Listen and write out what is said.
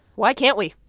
why can't we?